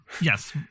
Yes